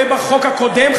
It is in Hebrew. ובחוק הקודם,